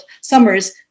summers